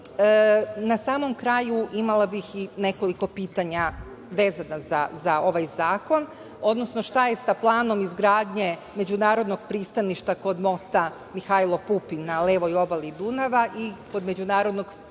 samom kraju, imala bih i nekoliko pitanja vezana za ovaj zakon, odnosno šta je sa planom izgradnje međunarodnog pristaništa kod mosta „Mihajlo Pupun“ na levoj obali Dunava, kao i međunarodnog pristaništa